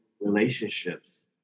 relationships